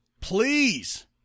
please